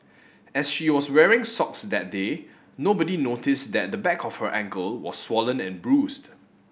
as she was wearing socks that day nobody noticed that the back of her ankle was swollen and bruised